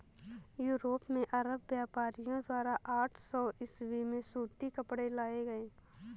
Europe में अरब व्यापारियों द्वारा आठ सौ ईसवी में सूती कपड़े लाए गए